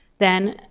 then